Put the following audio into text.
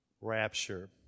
rapture